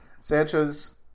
sanchez